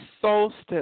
solstice